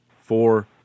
four